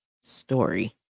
story